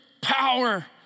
power